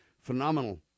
Phenomenal